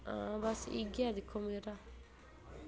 हां बस इ'यै दिक्खो मेरा